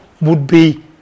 would-be